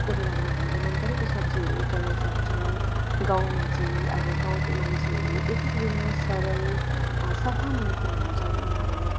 कोठेबारीमा हामीले मन परेको सब्जीहरू उब्जाउन सक्छौँ गाउँमा चाहिँ अब गाउँको मान्छेहरू यति बिघ्न सरल सफा मनको हुन्छ उनीहरू